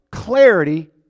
Clarity